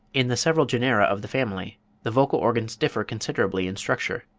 in the several genera of the family the vocal organs differ considerably in structure,